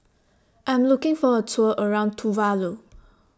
I'm looking For A Tour around Tuvalu